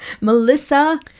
Melissa